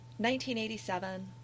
1987